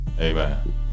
Amen